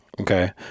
okay